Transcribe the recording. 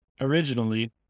originally